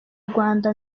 rwanda